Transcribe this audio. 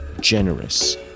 generous